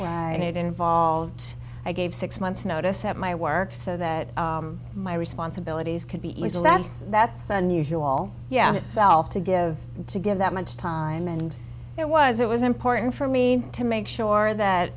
and it involved i gave six months notice at my work so that my responsibilities could be easily that's that's unusual yeah itself to give to give that much time and it was it was important for me to make sure that